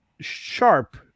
sharp